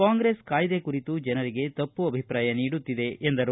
ಕಾಂಗ್ರೆಸ್ ಕಾಯ್ದೆ ಕುರಿತು ಜನರಿಗೆ ತಪ್ಪು ಅಭಿಪ್ರಾಯ ನೀಡುತ್ತಿದೆ ಎಂದರು